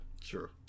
sure